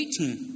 18